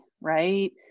right